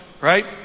right